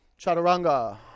chaturanga